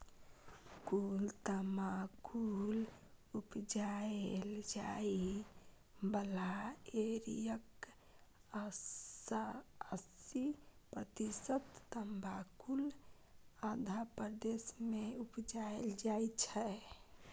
कुल तमाकुल उपजाएल जाइ बला एरियाक अस्सी प्रतिशत तमाकुल आंध्र प्रदेश मे उपजाएल जाइ छै